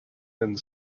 and